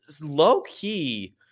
low-key